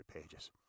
pages